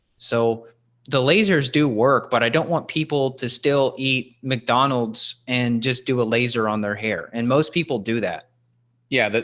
so the lasers do work but i don't want people to still eat mcdonald's and just do a laser on their hair and most people do that. yeah dr.